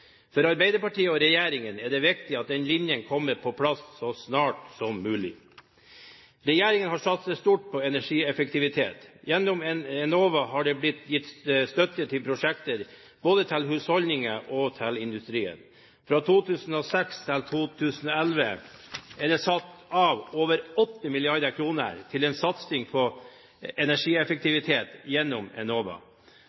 For Arbeiderpartiet og regjeringen er det viktig at den linjen kommer på plass så snart som mulig. Regjeringen har satset stort på energieffektivitet. Gjennom Enova har det blitt gitt støtte til prosjekter både i husholdninger og i industrien. Fra 2006 til 2011 er det satt av over 8 mrd. kr til en satsing på